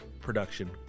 production